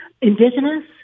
indigenous